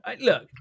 Look